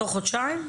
תוך חודשיים?